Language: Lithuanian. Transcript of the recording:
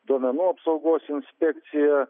duomenų apsaugos inspekcija